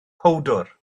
powdwr